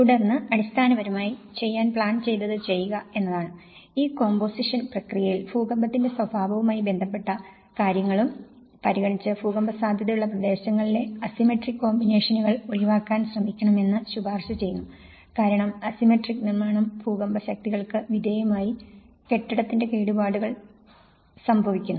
തുടർന്ന് അടിസ്ഥാനപരമായി ചെയ്യാൻ പ്ലാൻ ചെയ്തത് ചെയ്യുക എന്നതാണ് ഈ കോമ്പോസിഷൻ പ്രക്രിയയിൽ ഭൂകമ്പത്തിന്റെ സ്വഭാവവുമായി ബന്ധപ്പെട്ട കാര്യങ്ങലും പരിഗണിച്ചു് ഭൂകമ്പ സാധ്യതയുള്ള പ്രദേശങ്ങളിലെ അസിമെട്രിക് കോമ്പോസിഷനുകൾ ഒഴിവാക്കാൻ ശ്രമിക്കണമെന്ന് ശുപാർശ ചെയ്യുന്നു കാരണം അസിമെട്രിക് നിർമാണം ഭൂകമ്പ ശക്തികൾക്ക് വിധേയമായി കെട്ടിടങ്ങൾക്ക് കേടുപാടുകൾ സംഭവിക്കുന്നു